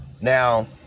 Now